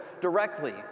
directly